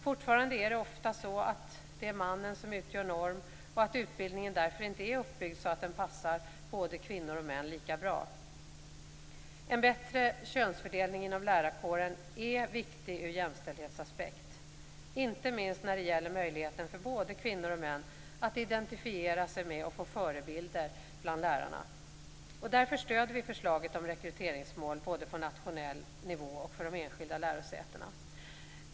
Fortfarande är det ofta så att mannen utgör norm och att utbildningen därför inte är uppbyggd så att den passar både kvinnor och män lika bra. En bättre könsfördelning inom lärarkåren är viktig ur jämställdhetsaspekt, inte minst när det gäller möjligheten för både kvinnor och män att identifiera sig med och få förebilder bland lärarna. Därför stöder vi förslaget om rekryteringsmål både på nationell nivå och för de enskilda lärosätena.